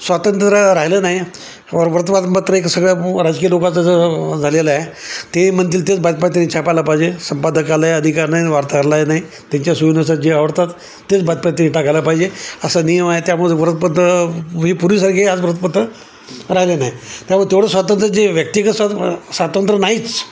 स्वातंत्र्य राहिलं नाही व वर्तमानपत्र एक सगळ्या राजकीय लोकाचं जं झालेलं आहे ते म्हणतील तेच बातम्या त्यानी छापायला पाहिजे संपादकालाही अधिकार नाही वार्तालाही नाही त्यांच्या सोयीनुसार जे आवडतात तेच बातम्या त्यानी टाकायला पाहिजे असं नियम आहे त्यामुळे वृत्तपत्र हे पुर्वीसारखी आज वृत्तपत्र राहिलं नाही त्यामुळे तेवढं स्वातंत्र जे व्यक्तिगत स्व स्वातंत्र्य नाहीच